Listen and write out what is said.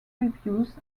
reviews